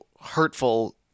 hurtful